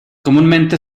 comúnmente